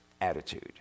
attitude